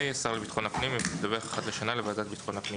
(ה)השר לביטחון הפנים ידווח אחת לשנה לוועדת ביטחון הפנים